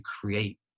create